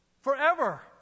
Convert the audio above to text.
forever